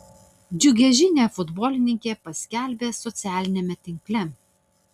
džiugią žinią futbolininkė paskelbė socialiniame tinkle